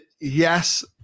yes